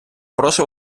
прошу